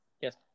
Yes